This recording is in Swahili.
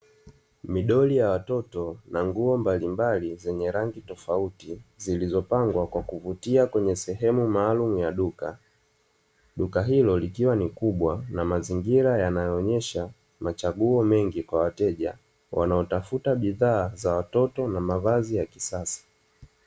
Midoli ya watoto na nguo mbalimbali zenye rangi tofauti, zilizopangwa kwa kuvutia kwenye sehemu maalumu ya duka. Duka hilo likiwa ni kubwa na mazingira yanayoonyesha chaguo nyingi kwa wateja wanaotafuta bidhaa za watoto na mavazi ya kisasa.